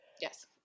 yes